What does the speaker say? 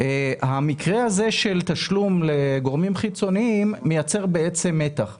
המקרה הזה של תשלום לגורמים חיצוניים מייצר בעצם מתח.